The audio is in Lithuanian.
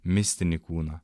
mistinį kūną